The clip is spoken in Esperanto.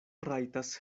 rajtas